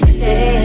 stay